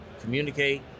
communicate